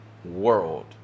world